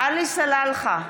עלי סלאלחה,